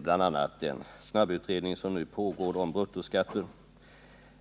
bl.a. den snabbutredning som pågår om bruttoskatter.